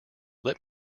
let